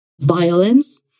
violence